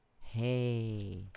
hey